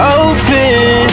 open